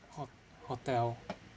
ho~ hotel